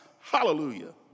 Hallelujah